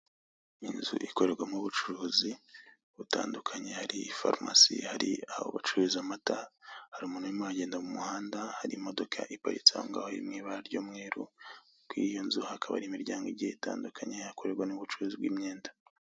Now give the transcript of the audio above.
Inzu ikorerwamo ubucuruzi butandukanye, hari farumasi, hari aho bacururiza amata, hari umuntu urimo aragenda mu muhanda, hari imodoka iparitse ahongaho iri mw'ibara ry'umweru. Kuriyo nzu hakaba hari imiryango itandukanye hakorerwa ubucuruzi bw'imyenda.